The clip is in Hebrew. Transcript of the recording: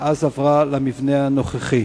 ואז עברה למבנה הנוכחי.